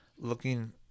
Looking